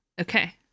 Okay